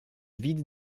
vide